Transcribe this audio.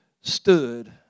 stood